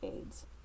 AIDS